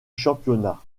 championnat